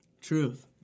Truth